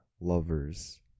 lovers